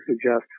suggest